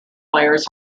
players